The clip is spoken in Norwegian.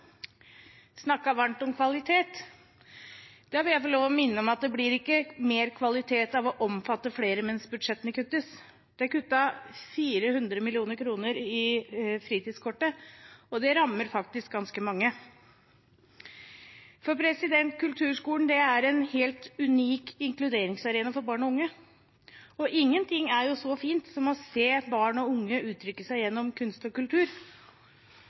varmt om kvalitet. Da vil jeg få lov til å minne om at det ikke blir mer kvalitet av å omfatte flere mens budsjettene kuttes. Det er kuttet 400 mill. kr i fritidskortet. Det rammer faktisk ganske mange. Kulturskolene er en helt unik inkluderingsarena for barn og unge. Ingenting er så fint som å se barn og unge uttrykke seg gjennom kunst og kultur.